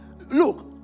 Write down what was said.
look